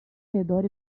redor